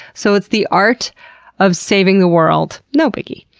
so it's the art of saving the world. no biggie.